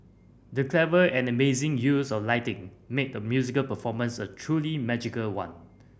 the clever and amazing use of lighting made the musical performance a truly magical one